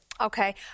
Okay